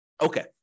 Okay